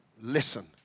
listen